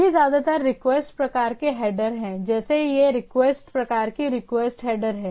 ये ज्यादातर रिक्वेस्ट प्रकार के हैडर हैं जैसे ये रिक्वेस्ट प्रकार के रिक्वेस्ट हैडर हैं